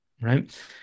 right